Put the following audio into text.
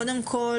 קודם כל,